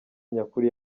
nyakuri